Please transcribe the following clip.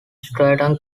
stratton